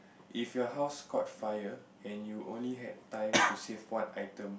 if your house caught fire and you only had time to save one item